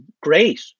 great